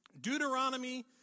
Deuteronomy